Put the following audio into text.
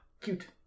Cute